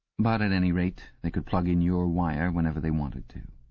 but at any rate they could plug in your wire whenever they wanted to.